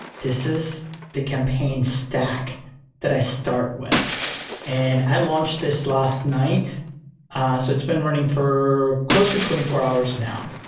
this is the campaign stack that i start with and i launched this last night so it's been running for close to twenty four hours now.